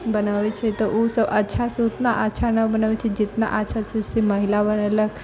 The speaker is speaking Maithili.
बनअबै छै तऽ ओ सभ उतना अच्छा से न बनबै छै जितना अच्छा से महिला बनेलक